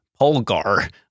Polgar